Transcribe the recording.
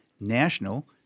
national